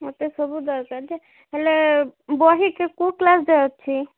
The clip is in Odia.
ମୋତେ ସବୁ ଦରକାର ଯେ ହେଲେ ବହି କେଉଁ କ୍ଲାସ୍ ଯାଏ ଅଛି